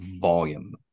volume